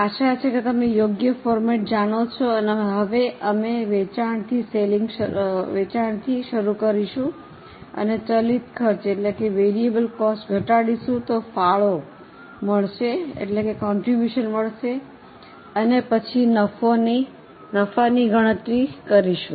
હું આશા છે કે તમે યોગ્ય ફોર્મેટ જાણો છો હવે અમે વેચાણથી શરૂ કરીશું પછી ચલિત ખર્ચ ઘટાડીશું તો ફાળો મળશે અને પછી નફોની ગણતરી કરીશું